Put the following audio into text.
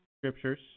scriptures